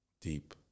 deep